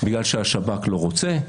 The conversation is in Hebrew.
בגלל שהשב"כ לא רוצה,